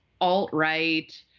alt-right